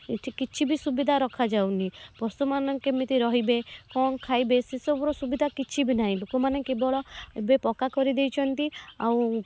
ଏଠି କିଛି ବି ସୁବିଧା ରଖାଯାଉନି ପଶୁମାନେ କେମିତି ରହିବେ କ'ଣ ଖାଇବେ ସେ ସବୁର ସୁବିଧା କିଛି ବି ନାହିଁ ଲୋକମାନେ କେବଳ ଏବେ ପକ୍କା କରିଦେଇଛନ୍ତି ଆଉ